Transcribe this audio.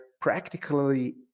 Practically